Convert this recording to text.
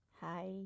Hi